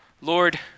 Lord